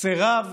סירב